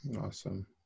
Awesome